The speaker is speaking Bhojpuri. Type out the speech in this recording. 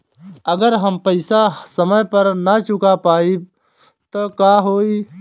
अगर हम पेईसा समय पर ना चुका पाईब त का होई?